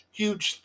huge